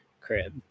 crib